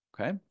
Okay